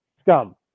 scum